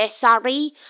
sorry